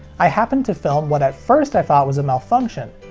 i happened to film what at first i thought was a malfunction.